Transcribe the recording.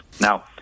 Now